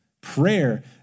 Prayer